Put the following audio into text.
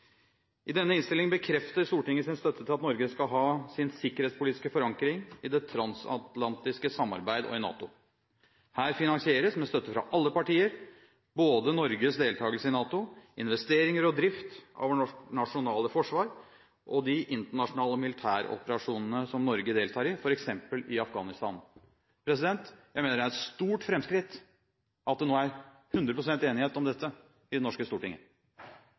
I denne innstillingen bekrefter Stortinget sin støtte til at Norge skal ha sin sikkerhetspolitiske forankring i det transatlantiske samarbeid og i NATO. Her finansieres – med støtte fra alle partier – både Norges deltakelse i NATO, investeringer og drift av vårt nasjonale forsvar og de internasjonale militæroperasjonene som Norge deltar i – f.eks. i Afghanistan. Jeg mener det er et stort framskritt at det nå er hundre prosent enighet om dette i det norske Stortinget.